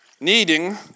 needing